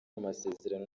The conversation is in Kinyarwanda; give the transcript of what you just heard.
amasezerano